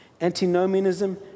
Antinomianism